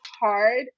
hard